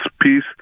peace